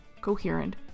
coherent